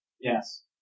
Yes